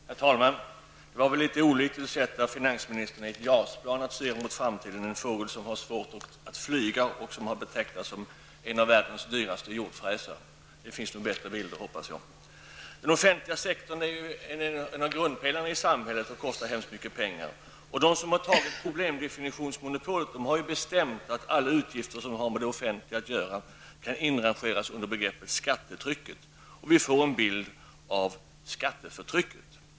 Herr talman! Det vore väl ändå litet olyckligt att placera finansministern i ett JAS-plan när det gäller detta med att blicka mot framtiden. JAS-planet är ju en fågel som har svårt att flyga, och det betecknas som en av världens dyraste jordfräs. Jag hoppas att det finns bättre bilder att ta till. Den offentliga sektorn är ju en av grundpelarna i samhället, och den kostar hemskt mycket pengar. De som har problemdefinitionsmonopolet har bestämt att alla utgifter som har med det offentliga att göra kan inrangeras i begreppet skattetryck. Vi får en bild av skatteförtrycket.